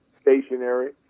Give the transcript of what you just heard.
stationary